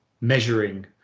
measuring